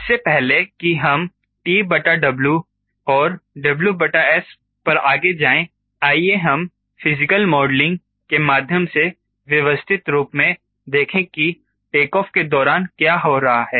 इससे पहले कि हम TW और WS पर आगे जाएं आइए हम फिजिकल मॉडलिंग के माध्यम से व्यवस्थित रूप से देखें कि टेक ऑफ के दौरान क्या हो रहा है